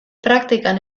praktikan